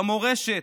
במורשת,